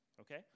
okay